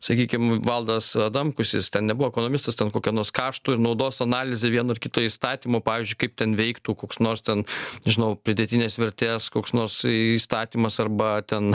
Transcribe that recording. sakykim valdas adamkus jis ten nebuvo ekonomistas ten kokio nors kašto ir naudos analizė vieno ar kito įstatymo pavyzdžiui kaip ten veiktų koks nors ten nežinau pridėtinės vertės koks nors įstatymas arba ten